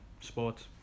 sports